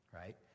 right